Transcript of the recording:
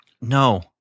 No